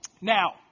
Now